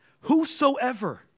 whosoever